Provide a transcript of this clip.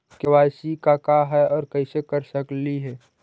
KYC का है, और कैसे कर सकली हे?